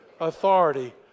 authority